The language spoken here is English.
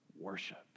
worship